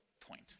point